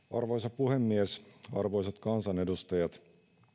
arvoisa puhemies arvoisat kansanedustajat